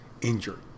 injured